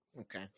Okay